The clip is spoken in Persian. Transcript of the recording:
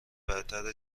برتر